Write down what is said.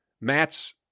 Matt's